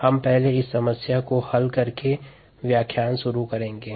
हम पहले इस समस्या को हल करके व्याख्यान शुरू करेंगे